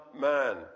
man